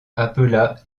appela